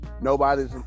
nobody's